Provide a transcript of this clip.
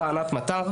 אותה ענת מטר,